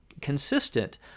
consistent